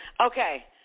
Okay